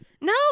No